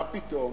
מה פתאום?